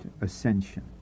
ascension